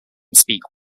speak